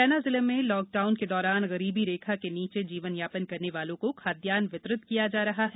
मुरैना जिले मे लाकडाउन के दौरान गरीबी रेखा के नीचे जीवन यापन करने वालों को खाद्यान्न वितरित किया जा रहा है